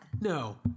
No